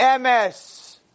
MS